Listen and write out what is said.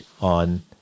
on